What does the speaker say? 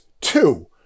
Two